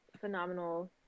phenomenal